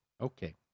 Okay